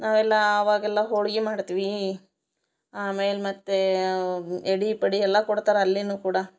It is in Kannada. ನಾವೆಲ್ಲ ಆವಾಗೆಲ್ಲ ಹೋಳ್ಗೆ ಮಾಡ್ತಿವಿ ಆಮೇಲೆ ಮತ್ತೆ ಎಡೆ ಪಡೆ ಎಲ್ಲ ಕೊಡ್ತಾರೆ ಅಲ್ಲಿಯು ಕೂಡ